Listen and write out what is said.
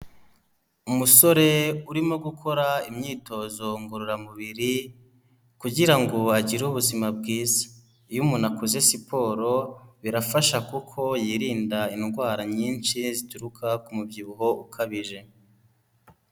Umusore urimo gukora imyitozo ngororamubiri kugira ngo agire ubuzima bwiza, iyo umuntu akoze siporo birafasha kuko yirinda indwara nyinshi zituruka ku mubyibuho ukabije.